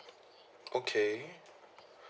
okay